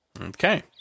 Okay